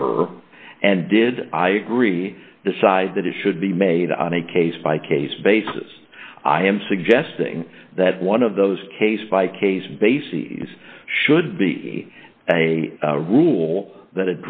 error and did i agree decide that it should be made on a case by case basis i am suggesting that one of those case by case basis should be a rule that